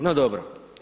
No dobro.